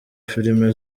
filimi